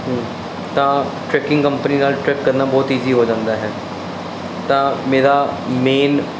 ਤਾਂ tracking company ਨਾਲ track ਕਰਨਾ ਬਹੁਤ ਇਜ਼ੀ ਹੋ ਜਾਂਦਾ ਹੈ ਤਾਂ ਮੇਰਾ ਮੇਨ